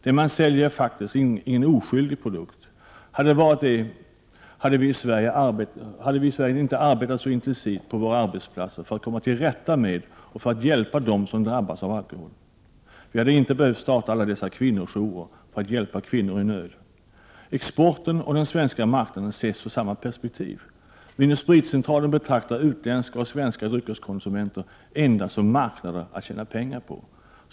Det man säljer är faktiskt inte en oskyldig produkt. Hade den varit det, hade vi i Sverige inte arbetat så intensivt på våra arbetsplatser för att komma till rätta med den och för att hjälpa dem som drabbas av alkohol. Vi hade inte behövt starta alla dessa kvinnojourer för att hjälpa kvinnor i nöd. Exporten och den svenska marknaden ses ur samma perspektiv. Vin & Spritcentralen betraktar utländska och svenska dryckeskonsumenter endast som marknader att tjäna pengar på.